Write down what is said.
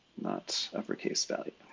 not every case value.